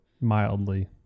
mildly